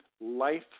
life